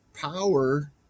power